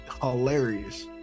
hilarious